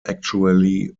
actually